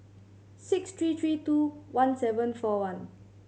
six three three two one seven four one